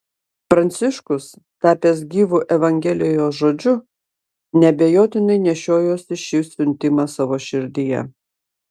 pranciškus tapęs gyvu evangelijos žodžiu neabejotinai nešiojosi šį siuntimą savo širdyje